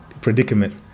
predicament